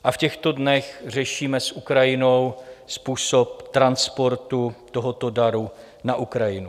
V těchto dnech řešíme s Ukrajinou způsob transportu tohoto daru na Ukrajinu.